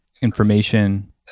information